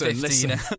listen